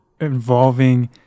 involving